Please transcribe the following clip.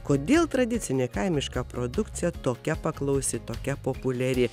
kodėl tradicinė kaimiška produkcija tokia paklausi tokia populiari